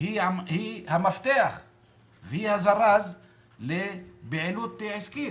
היא המפתח והיא הזרז לפעילות עסקית,